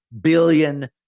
billion